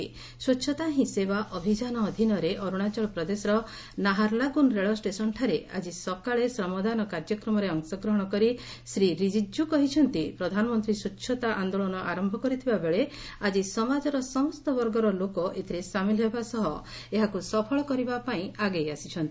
'ସ୍ୱଚ୍ଚତା ହି ସେବା' ଅଭିଯାନ ଅଧୀନରେ ଅରୁଣାଚଳ ପ୍ରଦେଶର ନାହାର୍ଲାଗୁନ୍ ରେଳ ଷ୍ଟେସନଠାରେ ଆକି ସକାଳେ ଶ୍ରମଦାନ କାର୍ଯ୍ୟକ୍ରମରେ ଅଂଶଗ୍ରହଣ କରି ଶ୍ରୀ ରିଜିଜୁ କହିଛନ୍ତି ପ୍ରଧାନମନ୍ତ୍ରୀ ସ୍ୱଚ୍ଛତା ଆନ୍ଦୋଳନ ଆରମ୍ଭ କରିଥିବାବେଳେ ଆଜି ସମାଜର ସମସ୍ତ ବର୍ଗର ଲୋକ ଏଥିରେ ସାମିଲ୍ ହେବା ସହ ଏହାକୁ ସଫଳ କରିବାପାଇଁ ଆଗେଇ ଆସିଛନ୍ତି